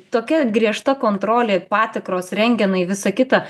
tokia griežta kontrolė patikros rentgenai visa kita